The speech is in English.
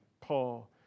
Paul